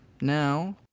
Now